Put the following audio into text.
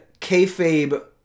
kayfabe